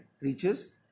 reaches